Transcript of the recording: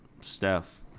Steph